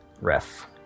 ref